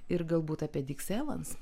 ir galbūt apie diksi evans